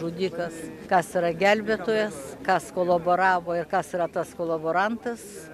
žudikas kas yra gelbėtojas kas kolaboravo ir kas yra tas kolaborantas